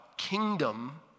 kingdom